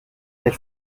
elle